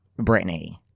Britney